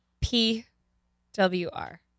P-W-R